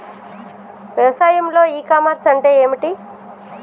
వ్యవసాయంలో e commerce అంటే ఏమిటి?